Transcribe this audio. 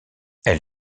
elle